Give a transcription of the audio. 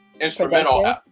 instrumental